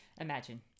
Imagine